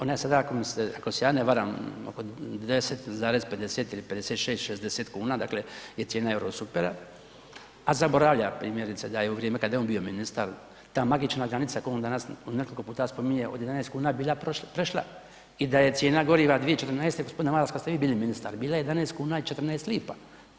Ona je sada, ako se ja ne varam, oko 10,50 ili 56, 60 kn, dakle je cijena Eurosupera, a zaboravlja, primjerice da je u vrijeme kad je on bio ministar ta magična granica koju on danas nekoliko puta spominje od 11 kuna bila prešla i da je cijena goriva 2014. g. Maras, kad ste vi bili ministar bila 11 kuna i 14 lipa.